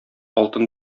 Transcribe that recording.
алтын